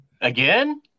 Again